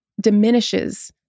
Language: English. diminishes